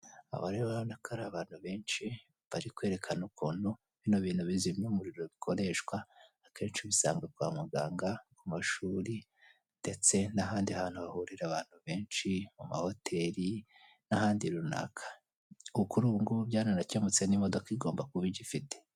Aba rero urabona ko ari abantu benshi, bari kwerekana ukuntu bino bintu bizimya umuriro bikoreshwa akenshi bisanga kwa muganga, ku mashuri, ndetse n'ahandi hantu hahurira abantu benshi mu mahoteli, n'ahandi runaka, kuri ubungubu byaranakemutse n'imodoka igomba kuba igifite.